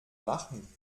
lachen